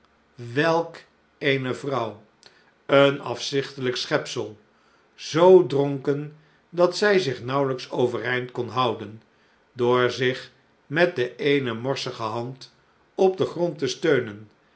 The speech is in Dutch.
welk eene vrouw een afzichtelijk schepsel zoo dronken dat zij zich nauwelijks overeind kon houden door zich met de eene morsige hand op den grond te steunen